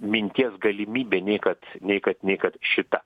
minties galimybe nei kad nei kad nei kad šita